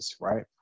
right